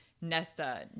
nesta